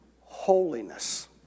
Holiness